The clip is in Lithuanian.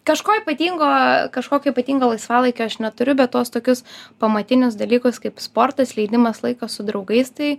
kažko ypatingo kažkokio ypatingo laisvalaikio aš neturiu bet tuos tokius pamatinius dalykus kaip sportas leidimas laiko su draugais tai